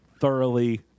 thoroughly